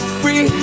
free